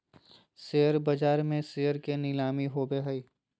share बाज़ार में share के नीलामी होबो हइ